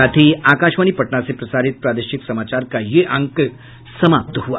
इसके साथ ही आकाशवाणी पटना से प्रसारित प्रादेशिक समाचार का ये अंक समाप्त हुआ